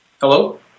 Hello